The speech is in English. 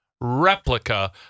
replica